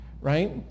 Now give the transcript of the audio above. Right